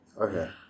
Okay